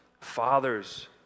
fathers